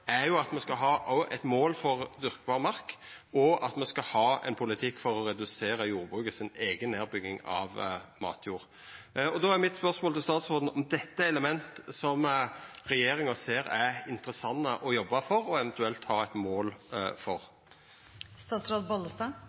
er at me òg skal ha eit mål for dyrkbar mark, og at me skal ha ein politikk for å redusera jordbrukets eiga nedbygging av matjord. Då er spørsmålet mitt til statsråden om dette er element som regjeringa ser er interessante å jobba for og eventuelt å ha eit mål